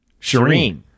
Shireen